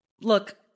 Look